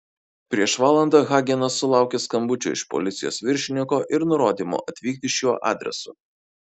prieš valandą hagenas sulaukė skambučio iš policijos viršininko ir nurodymo atvykti šiuo adresu